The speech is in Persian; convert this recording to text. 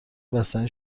بستنی